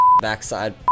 backside